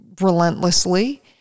relentlessly